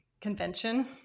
convention